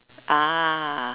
ah